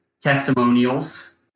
testimonials